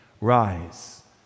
Rise